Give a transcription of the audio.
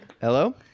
Hello